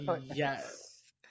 yes